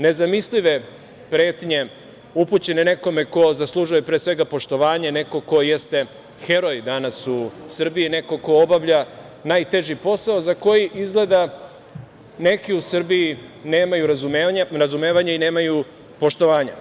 Nezamislive pretnje upućene nekome ko zaslužuje pre svega poštovanje, nekome ko jeste heroj danas u Srbiji, nekome ko obavlja najteži posao za koji izgleda neki u Srbiji nemaju razumevanja i nemaju poštovanja.